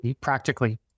practically